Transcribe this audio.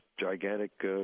gigantic